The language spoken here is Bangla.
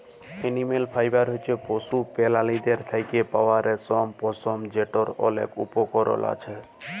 এলিম্যাল ফাইবার হছে পশু পেরালীর থ্যাকে পাউয়া রেশম, পশম যেটর অলেক উপকরল আসে